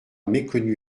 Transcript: méconnu